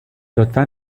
لطفا